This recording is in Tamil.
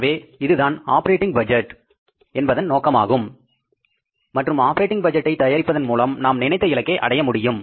எனவே இதுதான் ஆப்பரேட்டிங் பட்ஜெட்டின் நோக்கமாகும் மற்றும் ஆப்பரேட்டிங் பட்ஜெட்டை தயாரிப்பதன் மூலம் நாம் நினைத்த இலக்கை அடைய முடியும்